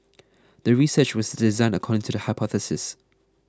the research was designed according to the hypothesis